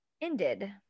ended